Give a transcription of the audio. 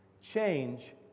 Change